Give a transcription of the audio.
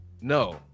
No